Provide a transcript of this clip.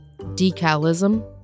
Decalism